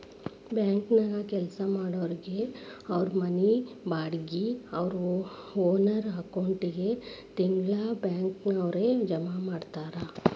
ಬ್ಯಾಂಕನ್ಯಾಗ್ ಕೆಲ್ಸಾ ಮಾಡೊರಿಗೆ ಅವ್ರ್ ಮನಿ ಬಾಡ್ಗಿ ಅವ್ರ್ ಓನರ್ ಅಕೌಂಟಿಗೆ ತಿಂಗ್ಳಾ ಬ್ಯಾಂಕ್ನವ್ರ ಜಮಾ ಮಾಡ್ತಾರ